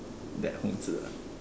that Hong-Zi ah